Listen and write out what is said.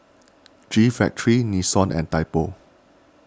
G Factory Nixon and Typo